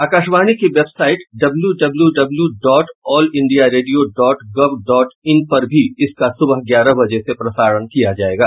आकाशवाणी की वेबसाइट डब्ल्यूडब्ल्यूडब्ल्यू dot all India radio dot gov dot in पर भी इसका सुबह ग्यारह बजे से प्रसारण किया जाएगा